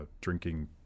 drinking